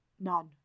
none